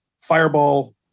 fireball